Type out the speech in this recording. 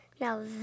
Now